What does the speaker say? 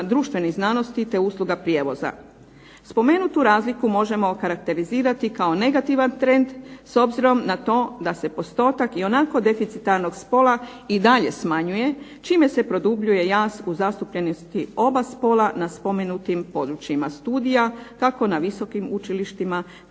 društvenih znanost te usluga prijevoza. Spomenutu razliku možemo okarakterizirati kao negativan trend s obzirom na to da se postotak i onako deficitarnog spola i dalje smanjuje, čime se produbljuje jaz u zastupljenosti oba spola na područjima studija kako na visokim učilištima